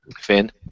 Finn